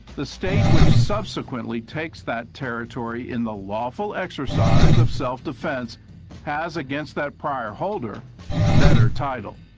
the state which subsequently takes that territory in the lawful exercise of self-defense has against that prior holder better title.